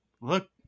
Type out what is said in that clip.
look